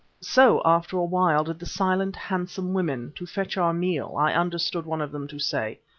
so after a while did the silent, handsome women to fetch our meal, i understood one of them to say,